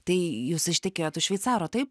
tai jūs ištekėjot už šveicaro taip